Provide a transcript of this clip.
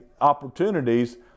opportunities